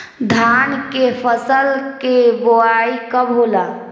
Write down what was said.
धान के फ़सल के बोआई कब होला?